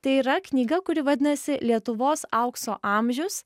tai yra knyga kuri vadinasi lietuvos aukso amžius